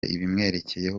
ibimwerekeyeho